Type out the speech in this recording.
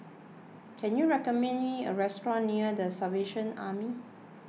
can you recommend me a restaurant near the Salvation Army